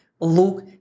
look